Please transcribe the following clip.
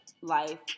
life